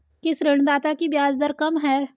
किस ऋणदाता की ब्याज दर कम है?